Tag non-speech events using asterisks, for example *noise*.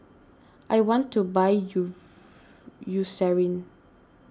I want to buy you *unintelligible* Eucerin